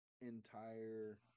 entire